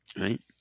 right